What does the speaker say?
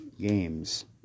games